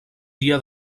dia